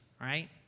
Right